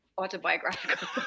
autobiographical